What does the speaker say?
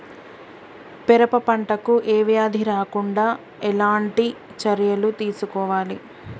పెరప పంట కు ఏ వ్యాధి రాకుండా ఎలాంటి చర్యలు తీసుకోవాలి?